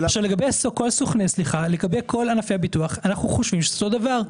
לגבי כל ענפי הביטוח אנחנו חושבים אותו הדבר.